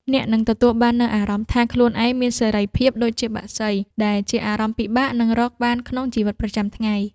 អ្នកនឹងទទួលបាននូវអារម្មណ៍ថាខ្លួនឯងមានសេរីភាពដូចជាបក្សី ដែលជាអារម្មណ៍ពិបាកនឹងរកបានក្នុងជីវិតប្រចាំថ្ងៃ។